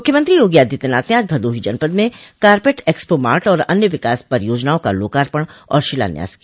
मुख्यमंत्री योगी आदित्यनाथ ने आज भदोही जनपद में कारपेट एक्सपो मार्ट और अन्य विकास परियोजनाओं का लोकार्पण और शिलान्यास किया